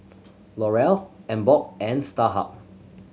L'Oreal Emborg and Starhub